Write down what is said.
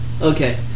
Okay